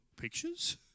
pictures